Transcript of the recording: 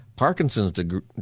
Parkinson's